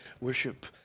worship